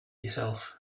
yourself